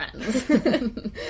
friends